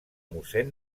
mossèn